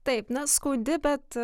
taip na skaudi bet